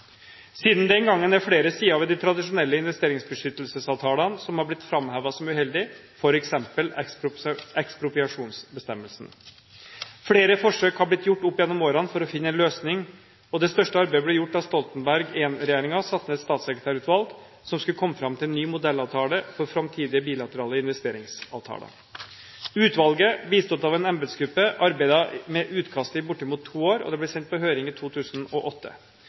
Siden den gang er det flere sider ved de tradisjonelle investeringsbeskyttelsesavtalene som har blitt framhevet som uheldige, f.eks. ekspropriasjonsbestemmelsen. Flere forsøk har blitt gjort opp gjennom årene for å finne en løsning, og det største arbeidet ble gjort da Stoltenberg II-regjeringen satte ned et statssekretærutvalg som skulle komme fram til en ny modellavtale for framtidige bilaterale investeringsavtaler. Utvalget, bistått av en embetsgruppe, arbeidet med utkastet i bortimot to år, og det ble sendt på høring i 2008.